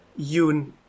Yoon